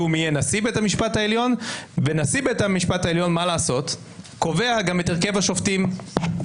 בית משפט עליון הוא לא ערכאה חוקתית.